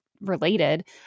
related